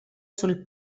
sul